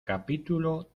capítulo